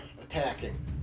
attacking